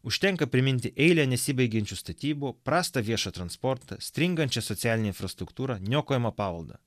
užtenka priminti eilę nesibaigiančių statybų prastą viešą transportą stringančią socialinę infrastruktūrą niokojamą pavaldą